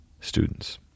students